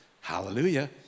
Hallelujah